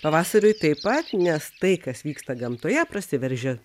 pavasariui taip pat nes tai kas vyksta gamtoje prasiveržia